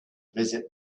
visit